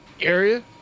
area